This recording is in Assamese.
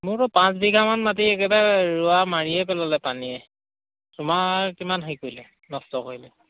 মোৰতো পাঁচ বিঘামান মাটি একেবাৰে ৰোৱা মাৰিয়ে পেলালে পানীয়ে তোমাৰ কিমান হেৰি কৰিলে নষ্ট কৰিলে